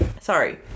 Sorry